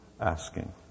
asking